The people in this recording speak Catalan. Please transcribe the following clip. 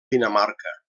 dinamarca